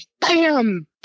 Bam